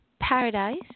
paradise